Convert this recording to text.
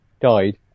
died